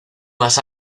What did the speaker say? más